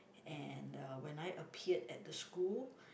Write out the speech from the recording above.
and uh when I appeared at the school